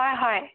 অঁ হয়